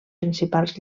principals